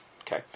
Okay